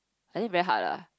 I think very hard lah